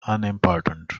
unimportant